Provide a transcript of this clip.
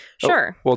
Sure